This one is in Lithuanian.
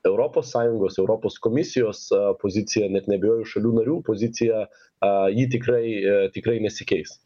europos sąjungos europos komisijos a pozicija net neabejoju šalių narių pozicija a ji tikrai tikrai nesikeis